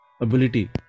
ability